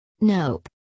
Nope